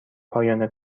پایان